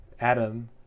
Adam